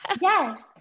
Yes